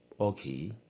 Okay